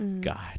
God